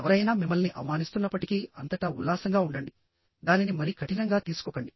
ఎవరైనా మిమ్మల్ని అవమానిస్తున్నప్పటికీ అంతటా ఉల్లాసంగా ఉండండి దానిని మరీ కఠినంగా తీసుకోకండి